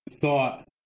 thought